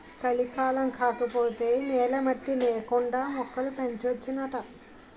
కలికాలం కాకపోతే నేల మట్టి నేకండా మొక్కలు పెంచొచ్చునాట